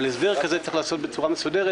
אבל הסדר כזה צריך להיעשות בצורה מסודרת